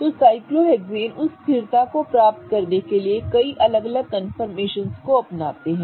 तो साइक्लोहेक्सेन उस स्थिरता को प्राप्त करने के लिए कई अलग अलग कन्फर्मेशन को अपनाते हैं